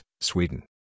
Sweden